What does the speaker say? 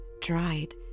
dried